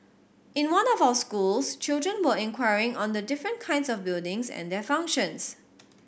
in one of our schools children were inquiring on the different kinds of buildings and their functions